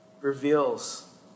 reveals